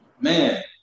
man